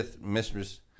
Mistress